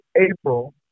April